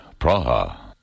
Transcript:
Praha